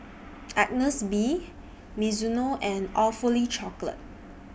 Agnes B Mizuno and Awfully Chocolate